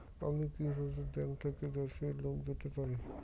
আমি কি কিভাবে ব্যাংক থেকে ব্যবসায়ী লোন পেতে পারি?